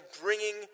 bringing